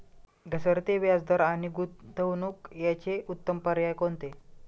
घसरते व्याजदर आणि गुंतवणूक याचे उत्तम पर्याय कोणते?